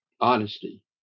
honesty